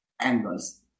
angles